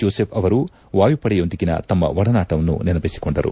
Joseph ಅವರು ವಾಯುಪಡೆಯೊಂದಿಗಿನ ತಮ್ಮ ಒಡನಾಟವನ್ನು ನೆನಪಿಸಿಕೊಂಡರು